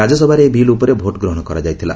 ରାଜ୍ୟସଭାରେ ଏହି ବିଲ୍ ଉପରେ ଭୋଟ୍ ଗ୍ରହଣ କରାଯାଇଥିଲା